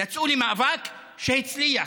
יצאו למאבק שהצליח.